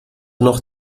noch